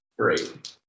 great